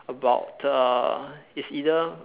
about the is either